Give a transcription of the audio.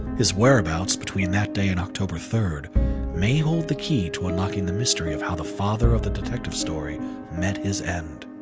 his whereabouts between that day and october third may hold the key to unlocking the mystery of how the father of the detective story met his end.